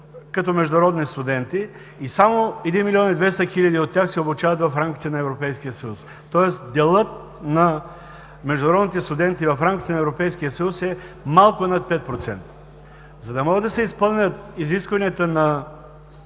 като международни студенти и само 1 млн. 200 хиляди от тях се обучават в рамките на Европейския съюз, тоест делът на международните студенти в рамките на Европейския съюз е малко над 5%. За да могат да се изпълнят изискванията на